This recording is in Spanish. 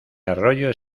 arroyo